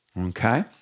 okay